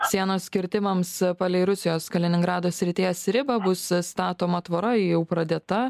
sienos kirtimams palei rusijos kaliningrado srities ribą bus statoma tvora ji jau pradėta